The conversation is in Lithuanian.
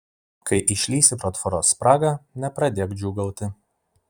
kai išlįsi pro tvoros spragą nepradėk džiūgauti